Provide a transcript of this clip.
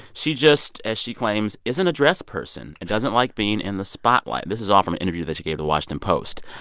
she just, as she claims, claims, isn't a dress person and doesn't like being in the spotlight. this is all from an interview that she gave the washington post.